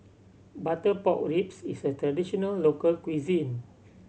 butter pork ribs is a traditional local cuisine